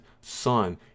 son